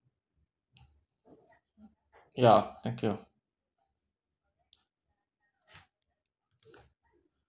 ya thank you